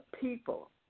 people